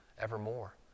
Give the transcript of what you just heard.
evermore